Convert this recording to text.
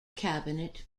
cabinet